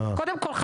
קודם כל,